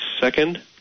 second